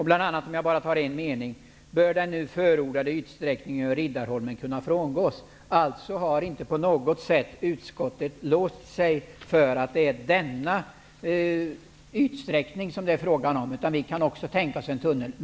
Bl.a. skriver utskottet att den nu förordade ytsträckningen över Riddarholmen bör kunna frångås. Alltså har utskottet inte på något sätt låst sig för att det är denna ytsträckning som det är fråga om, utan vi kan också tänka oss en tunnel.